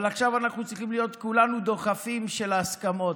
אבל עכשיו אנחנו צריכים להיות כולנו דוחפים של ההסכמות,